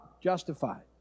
justified